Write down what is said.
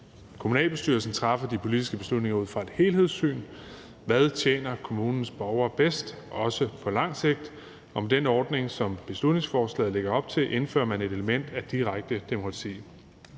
Kommunalbestyrelsen træffer de politiske beslutninger ud fra et helhedssyn, hvad tjener kommunens borgere bedst, også på lang sigt, og med den ordning, som beslutningsforslaget lægger op til, indfører man et element af direkte demokrati.